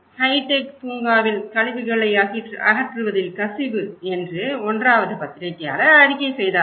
"hitech பூங்காவில் கழிவுகளை அகற்றுவதில் கசிவு" என்று 1வது பத்திரிகையாளர் அறிக்கை செய்தார்